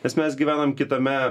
nes mes gyvenam kitame